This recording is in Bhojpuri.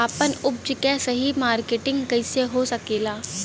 आपन उपज क सही मार्केटिंग कइसे हो सकेला?